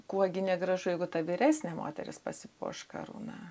kuo gi negražu jeigu ta vyresnė moteris pasipuoš karūna